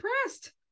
impressed